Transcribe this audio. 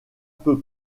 peu